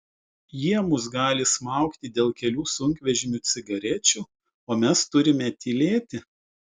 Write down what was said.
jie mus gali smaugti dėl kelių sunkvežimių cigarečių o mes turime tylėti